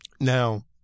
now